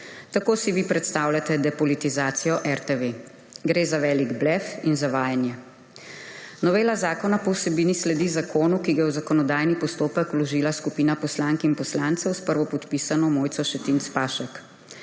Tako si vi predstavljate depolitizacijo RTV. Gre za velik blef in zavajanje. Novela zakona po vsebini sledi zakonu, ki ga je v zakonodajni postopek vložila skupina poslank in poslancev s prvopodpisano Mojco Šetinc Pašek.